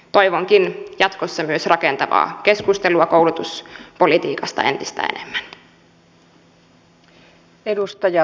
toivonkin jatkossa myös rakentavaa keskustelua koulutuspolitiikasta entistä enemmän